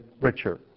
richer